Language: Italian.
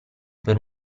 per